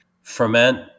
ferment